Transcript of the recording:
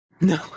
No